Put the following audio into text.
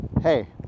Hey